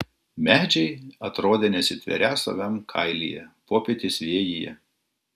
medžiai atrodė nesitverią savam kailyje popietės vėjyje